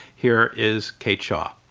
here is kate shaw.